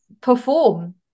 perform